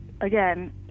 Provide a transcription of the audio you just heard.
again